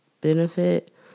benefit